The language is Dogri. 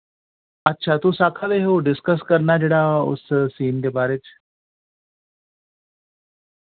अच्छा तुस आखा दे हे ओह् डिस्कस करना जेह्ड़ा उस सीन दे बारे च